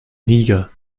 niger